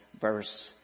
verse